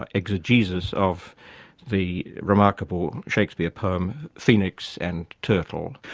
our exegesis of the remarkable shakespeare poem phoenix and turtle.